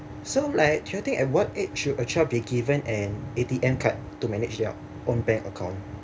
so like do you think at what age should a child be given an A_T_M card to manage their own bank account